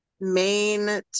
main